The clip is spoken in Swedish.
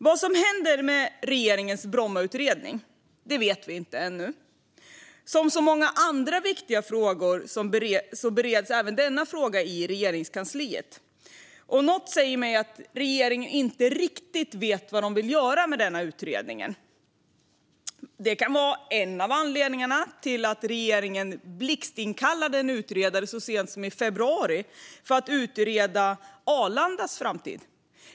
Vad som händer med regeringens Brommautredning vet vi inte ännu. Den frågan bereds, som många andra viktiga frågor, i Regeringskansliet. Något säger mig att regeringen inte riktigt vet vad de vill göra med denna utredning. Det kan vara en av anledningarna till att regeringen blixtinkallade en utredare så sent som i februari för att utreda Arlandas framtid.